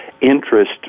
interest